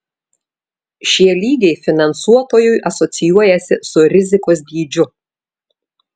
šie lygiai finansuotojui asocijuojasi su rizikos dydžiu